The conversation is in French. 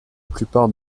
plupart